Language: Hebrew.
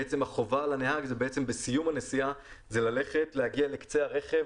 החובה על הנהג היא ללכת בסיום הנסיעה להגיע לקצה הרכב,